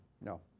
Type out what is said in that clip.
No